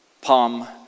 Palm